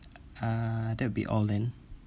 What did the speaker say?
uh that'd be all then